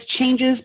changes